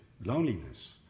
loneliness